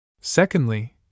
Secondly